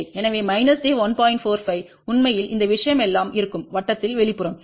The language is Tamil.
45 உண்மையில் இந்த விஷயம் எல்லாம் இருக்கும் வட்டத்தின் வெளிப்புறம்